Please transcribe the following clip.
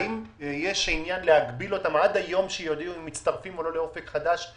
האם יש עניין להגביל אותם עד שיודיעו אם הם מצטרפים לאופק חדש או לא,